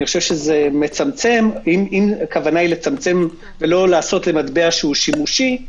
אם הכוונה היא לצמצם ולא לעשות למטבע שהוא שימושי,